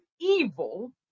evil